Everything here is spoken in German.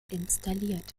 installiert